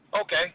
Okay